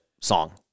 song